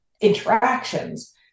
interactions